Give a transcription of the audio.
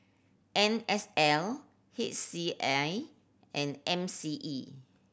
N S L H C A and M C E